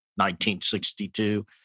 1962